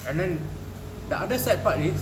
and then the other sad part is